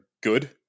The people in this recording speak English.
good